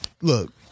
look